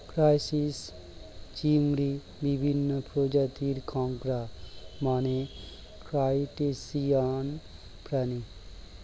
crisis, চিংড়ি, বিভিন্ন প্রজাতির কাঁকড়া মানে ক্রাসটেসিয়ান প্রাণী